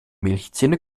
milchzähne